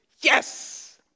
Yes